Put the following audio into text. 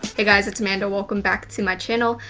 hey guys, it's amanda. welcome back to my channel.